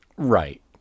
Right